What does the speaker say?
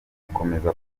akomeza